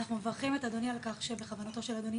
אנחנו מברכים את אדוני על כך שבכוונתו של אדוני